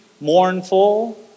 mournful